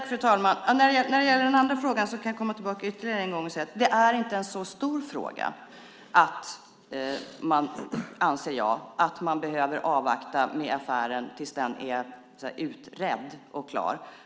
Fru talman! När det gäller den andra frågan kan jag ytterligare en gång säga att det inte är en så stor fråga att man, anser jag, behöver avvakta med affären tills frågan så att säga är utredd och klar.